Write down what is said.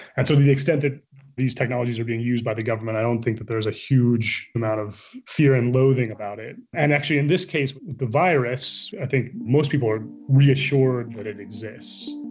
and so to the extent that these technologies are being used by the government, i don't think that there's a huge amount of fear and loathing about it and actually, in this case, the virus, i think most people are reassured that it exists.